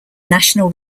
national